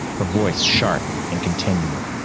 her voice sharp and continual.